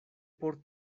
por